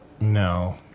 No